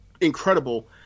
incredible